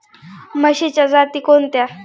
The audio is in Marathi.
म्हशीच्या जाती कोणत्या?